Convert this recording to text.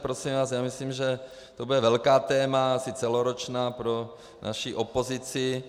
Prosím, vás, já myslím, že to bude velké téma, asi celoroční, pro naši opozici.